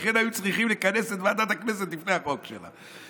לכן היו צריכים לכנס את ועדת הכנסת לפני החוק שלה.